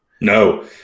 no